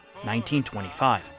1925